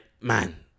man